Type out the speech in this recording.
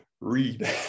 read